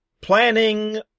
planning